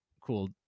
cool